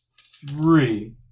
three